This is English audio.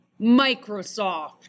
Microsoft